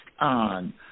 on